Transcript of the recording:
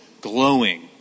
glowing